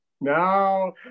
No